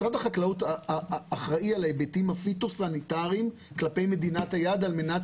משרד החקלאות אחראי על ההיבטים הפיטוסניטריים כלפי מדינת היעד על מנת